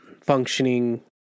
functioning